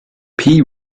pea